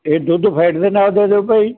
ਇਹ ਦੁੱਧ ਫੈਟ ਦੇ ਨਾਲ ਦੇ ਦਿਓ ਭਾਈ